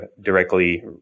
directly